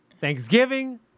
Thanksgiving